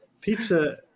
Pizza